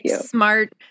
smart